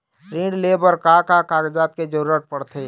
ऋण ले बर का का कागजात के जरूरत पड़थे?